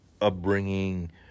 upbringing